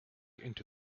into